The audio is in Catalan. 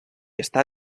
està